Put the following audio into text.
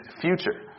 Future